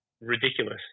ridiculous